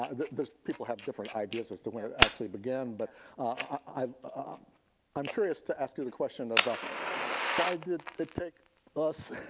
ah there's people have different ideas as to when it actually began. but i'm ah i'm curious to ask you the question of, ah why did it take us,